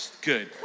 Good